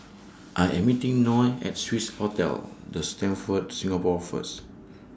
I Am meeting Noe At Swissotel The Stamford Singapore First